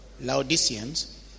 Laodiceans